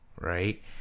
right